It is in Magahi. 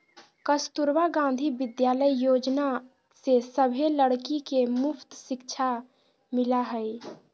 कस्तूरबा गांधी विद्यालय योजना से सभे लड़की के मुफ्त शिक्षा मिला हई